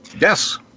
Yes